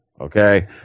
okay